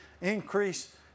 increase